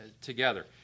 together